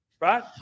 right